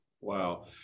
Wow